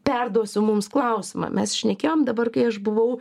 perduosiu mums klausimą mes šnekėjom dabar kai aš buvau